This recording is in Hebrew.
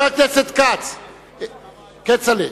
כצל'ה,